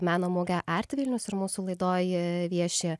meno mugę art vilnius ir mūsų laidoje vieši